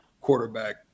quarterback